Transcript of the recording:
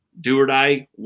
do-or-die